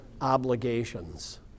obligations